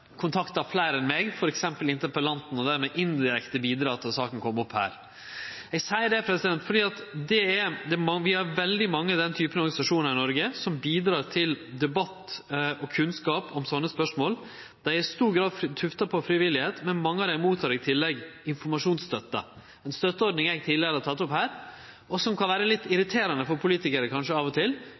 saka kjem opp her. Eg seier det fordi vi har veldig mange av denne typen organisasjonar i Noreg, som bidreg til debatt og kunnskap om slike spørsmål. Dei er i stor grad tufta på friviljug grunnlag, men mange mottek i tillegg informasjonsstøtte – ei stønadsordning eg tidlegare har teke opp her, og som kan vere litt irriterande for politikarar kanskje av og til,